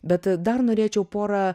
bet dar norėčiau pora